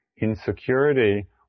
insecurity